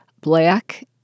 black